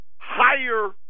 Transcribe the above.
higher